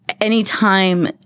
Anytime